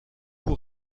vous